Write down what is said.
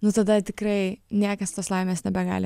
nu tada tikrai niekas tos laimės nebegali